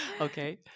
Okay